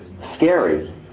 scary